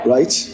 Right